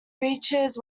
reaches